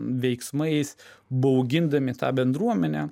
veiksmais baugindami tą bendruomenę